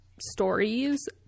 stories